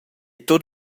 tut